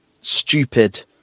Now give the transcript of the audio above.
stupid